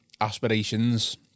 Aspirations